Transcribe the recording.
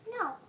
No